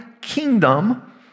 kingdom